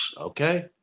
okay